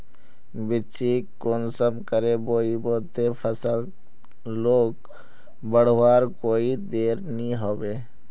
बिच्चिक कुंसम करे बोई बो ते फसल लोक बढ़वार कोई देर नी होबे?